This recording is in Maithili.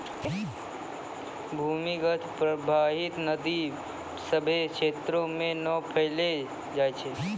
भूमीगत परबाहित नदी सभ्भे क्षेत्रो म नै पैलो जाय छै